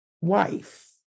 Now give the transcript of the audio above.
wife